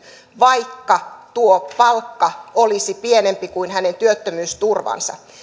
vaikka tuo palkka olisi pienempi kuin hänen työttömyysturvansa